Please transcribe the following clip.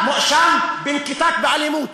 כמו שראיתי אותך, אתה מואשם בנקיטת אלימות.